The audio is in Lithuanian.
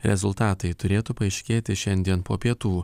rezultatai turėtų paaiškėti šiandien po pietų